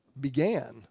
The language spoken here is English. began